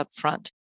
upfront